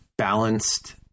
balanced